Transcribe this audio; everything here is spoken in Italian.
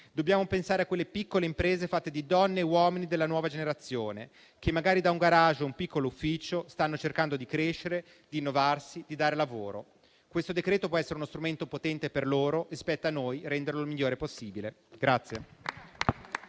Dobbiamo pensare a quelle piccole imprese fatte di donne e uomini della nuova generazione, che magari da un *garage* o da un piccolo ufficio stanno cercando di crescere, di innovarsi, di dare lavoro. Questo provvedimento può essere uno strumento potente per loro e spetta a noi renderlo il migliore possibile.